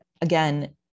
Again